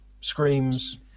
Screams